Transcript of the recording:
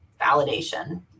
validation